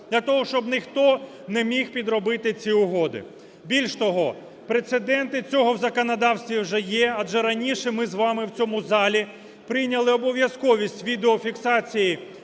для того, щоб ніхто не міг підробити ці угоди. Більше того, прецеденти цього в законодавстві вже є, адже раніше ми з вами в цьому залі прийняли обов'язковість відеофіксації